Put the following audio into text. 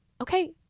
Okay